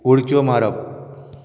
उडक्यो मारप